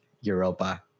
Europa